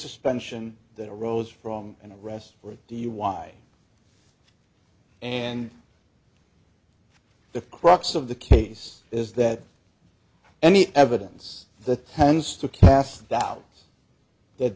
suspension that arose from an arrest for dui why and the crux of the case is that any evidence that tends to cast doubt that